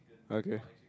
okay